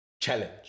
challenge